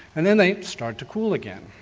and then they start to cool again,